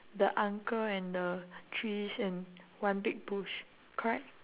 the uncle and the trees and one big bush correct